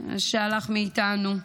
שהלך מאיתנו.